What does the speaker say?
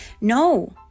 no